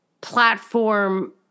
platform